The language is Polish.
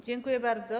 Dziękuję bardzo.